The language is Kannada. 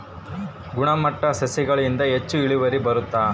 ಗುಣಮಟ್ಟ ಸಸಿಗಳಿಂದ ಹೆಚ್ಚು ಇಳುವರಿ ಬರುತ್ತಾ?